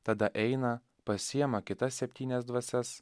tada eina pasiima kitas septynias dvasias